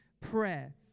prayer